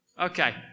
okay